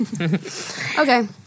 Okay